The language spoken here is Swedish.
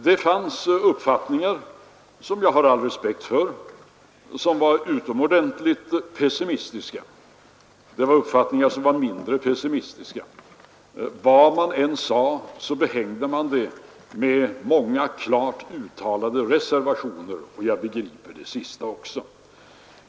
Det fanns uppfattningar — jag har all respekt för dessa — som var utomordentligt pessimistiska. Det fanns också uppfattningar som var mindre pessimistiska. Men vad man än sade behängde man det med många klart uttalade reservationer — jag begriper det också.